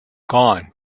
gone